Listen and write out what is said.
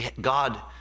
God